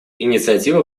инициатива